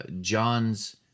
John's